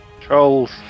Troll's